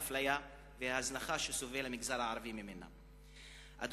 האפליה וההזנחה שהמגזר הערבי סובל מהן.